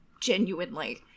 genuinely